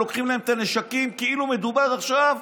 ולוקחים להם את הנשקים כאילו מדובר עכשיו,